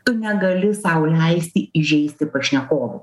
tu negali sau leisti įžeisti pašnekovo